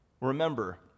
Remember